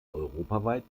europaweit